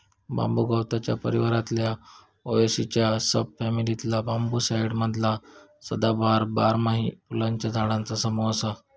बांबू गवताच्या परिवारातला पोएसीच्या सब फॅमिलीतला बांबूसाईडी मधला सदाबहार, बारमाही फुलांच्या झाडांचा समूह असा